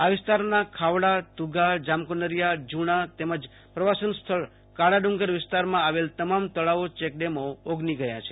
આ વિસ્તારના ખાવડાતુગાજામ કુનરીયાજુણા તેમજ પ્રવાસન સ્થળ કાળાડુંગર વિસ્તારમાં આવેલા તમામ તળાવો ચેકડે મો ઓગની ગયા છે